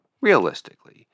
realistically